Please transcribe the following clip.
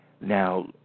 Now